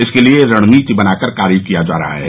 इसके लिये रणनीति बनाकर कार्य किया जा रहा है